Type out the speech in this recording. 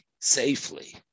safely